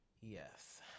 Yes